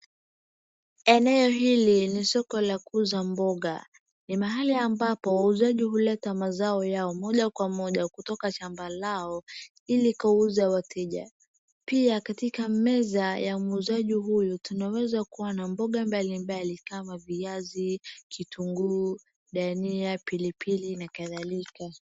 Eneo hili ni soko la kuuza mboga, ni mahali ambapo wauzaji huleta mazao yao moja kwa moja kutoka shamba lao ili kuuzia wateja. Pia katika meza ya muuzaji huyu tunaweza kuona mboga mbalimbali kama viazi ,kitunguu, dhania ,pilipili nakadhalika.